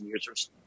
users